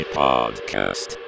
podcast